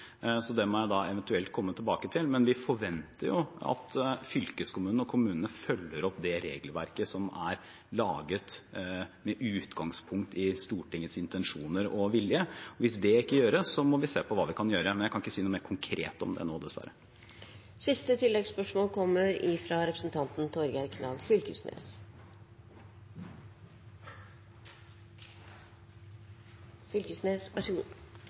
så det må jeg eventuelt komme tilbake til. Men vi forventer at fylkeskommunene og kommunene følger opp det regelverket som er laget med utgangspunkt i Stortingets intensjoner og vilje. Hvis det ikke gjøres, må vi se på hva vi kan gjøre. Men jeg kan ikke si noe mer konkret om det nå,